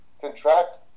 contract